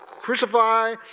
Crucify